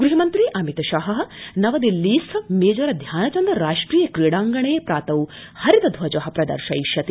गृहमन्त्री अमित शाह नवदिल्लीस्थ मेजर ध्यानचन्द राष्ट्रिय क्रीडांगणे प्रातौ हरित ध्वज प्रदर्शयिष्यति